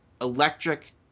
electric